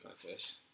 contest